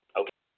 okay